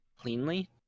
cleanly